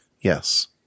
Yes